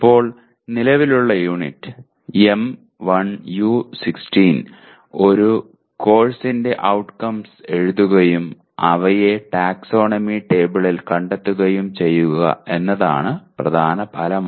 ഇപ്പോൾ നിലവിലുള്ള unit M1U16 ഒരു കോഴ്സിന്റെ ഔട്ട്കംസ് എഴുതുകയും അവയെ ടാക്സോണമി ടേബിളിൽ കണ്ടെത്തുകയും ചെയ്യുക എന്നതാണ് പ്രധാന ഫലം